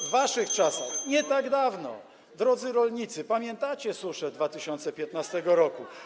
W waszych czasach, nie tak dawno - drodzy rolnicy, pamiętacie suszę 2015 r.